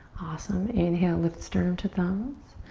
awesome. inhale, lift sternum to thumbs.